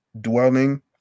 dwelling